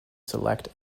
select